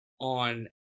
on